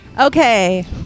Okay